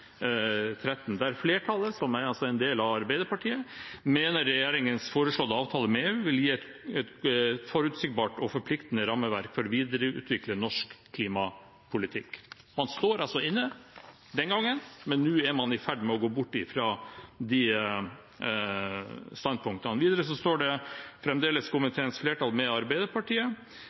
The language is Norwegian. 13, der flertallet, som altså Arbeiderpartiet er en del av, mener at «regjeringens foreslåtte avtale med EU vil gi et forutsigbart og forpliktende rammeverk for å videreutvikle norsk klimapolitikk». Man sto altså inne den gangen, men nå er man i ferd med å gå bort fra de standpunktene. Videre står det – fremdeles fra komiteens flertall, med Arbeiderpartiet